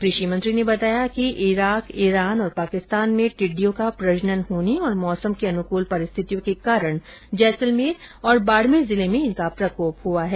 कृषि मंत्री ने बताया कि इराक इरान और पाकिस्तान में टिड्डियों का प्रजनन होने तथा मौसम की अनुकूल परिस्थितियों के कारण जैसलमेर और बाड़मेर जिले में प्रकोप हुआ है